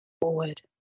forward